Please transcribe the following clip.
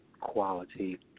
quality